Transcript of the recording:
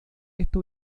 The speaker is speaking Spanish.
esta